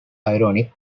ironic